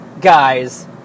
guys